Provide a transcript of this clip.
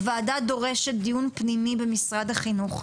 הוועדה דורשת דיון פנימי במשרד החינוך,